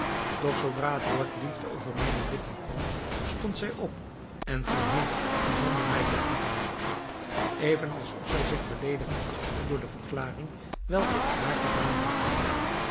doch zoodra het woord liefde over mijne lippen kwam stond zij op en ging heen zonder mij te groeten even als of zij zich beleedigd achtte door de verklaring welke ik haar gedaan had